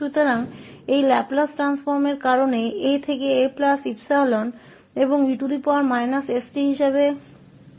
इसलिए इस Laplace transform के कारण a से 𝑎 𝜖 और e st तक इंटीग्रलबना रहेगा